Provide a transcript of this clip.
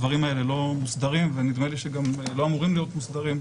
הדברים האלה לא מוסדרים ונדמה לי גם שלא אמורים להיות מוסדרים,